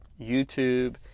YouTube